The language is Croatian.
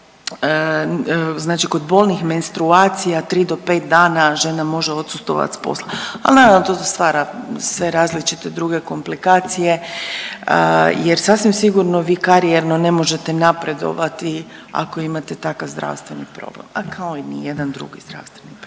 znači da kod bolnih menstruacija 3 do 5 dana žena može odsustvovat s posla, ali naravno to sve stvara sve različite druge komplikacije jer sasvim sigurno vi karijerno ne možete napredovati ako imate takav zdravstveni problem, a kao ni jedan drugi zdravstveni problem.